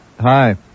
Hi